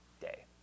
day